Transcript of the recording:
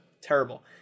terrible